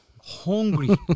Hungry